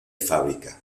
fábrica